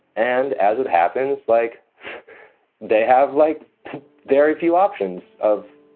and as it happens, like they have like very few options of